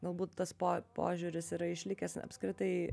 galbūt tas po požiūris yra išlikęs apskritai